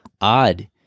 odd